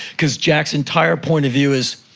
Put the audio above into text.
cause jack's entire point of view is,